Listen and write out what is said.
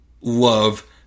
love